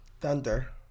Thunder